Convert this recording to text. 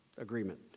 Agreement